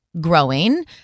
growing